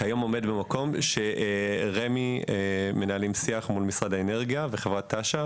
עומד כיום בשיח שמנהלים רמ"י מול משרד האנרגיה וחברת תש"ן